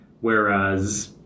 whereas